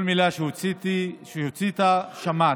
כל מילה שהוצאת, שמעתי.